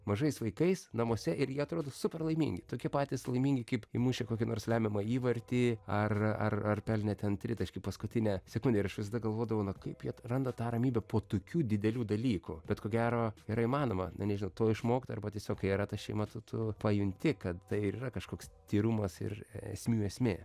mažais vaikais namuose ir jie atrodo super laimingi tokie patys laimingi kaip įmušę kokį nors lemiamą įvartį ar ar pelnę ten tritaškį paskutinę sekundę ir aš visada galvodavau kaip jie randa tą ramybę po tokių didelių dalykų bet ko gero yra įmanoma na nežinau to išmokt arba tiesiog kai yra ta šeima tu tu pajunti kad tai ir yra kažkoks tyrumas ir esmių esmė